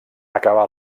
acabar